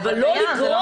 אבל לא לגרור את זה.